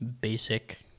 basic